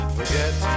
Forget